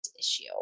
issue